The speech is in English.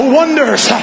wonders